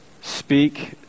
Speak